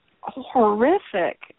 horrific